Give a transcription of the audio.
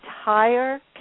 entire